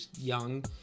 young